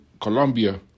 Colombia